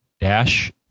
dash